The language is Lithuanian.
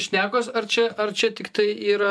šnekos ar čia ar čia tiktai yra